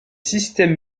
systèmes